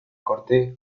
corte